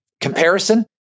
Comparison